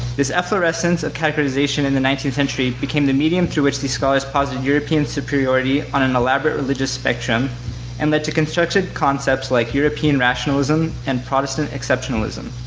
this efflorescence of categorization in the nineteenth century became the medium through which these scholars posited european superiority on an elaborate religious spectrum and led to constructed concepts like european rationalism and protestant exceptionalism.